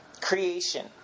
Creation